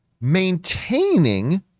Maintaining